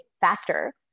faster